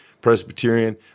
Presbyterian